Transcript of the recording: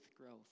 growth